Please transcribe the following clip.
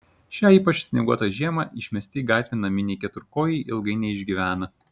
šią ypač snieguotą žiemą išmesti į gatvę naminiai keturkojai ilgai neišgyvena